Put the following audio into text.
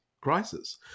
crisis